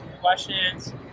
questions